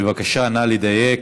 בבקשה, נא לדייק.